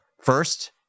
First